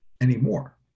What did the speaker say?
anymore